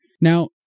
Now